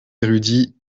érudits